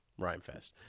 Rhymefest